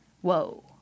whoa